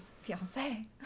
fiance